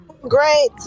Great